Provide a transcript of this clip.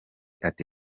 ati